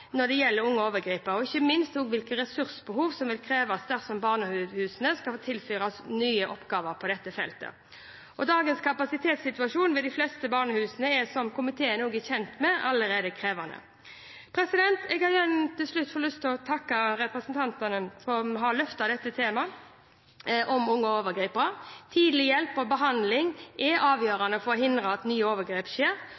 når det gjelder unge overgripere, og ikke minst hvilke ressursbehov som vil kreves dersom barnehusene skal tilføres nye oppgaver på dette feltet. Dagens kapasitetssituasjon ved de fleste barnehusene er, som komiteen er kjent med, allerede krevende. Jeg har til slutt igjen lyst til å takke representantene som har løftet dette temaet om unge overgripere. Tidlig hjelp og behandling er